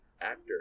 actor